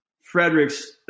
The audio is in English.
Fredericks